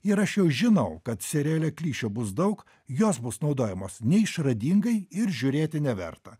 ir aš jau žinau kad seriale klišių bus daug jos bus naudojamos neišradingai ir žiūrėti neverta